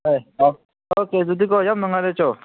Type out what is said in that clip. ꯍꯣꯏ ꯑꯥ ꯑꯣꯀꯦ ꯑꯗꯨꯗꯤꯀꯣ ꯌꯥꯝ ꯅꯨꯡꯉꯥꯏꯔꯦ ꯆꯣ